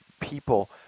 people